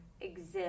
exist